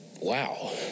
wow